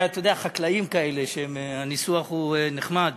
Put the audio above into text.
אתה יודע, חקלאים כאלה, שהניסוח הוא נחמד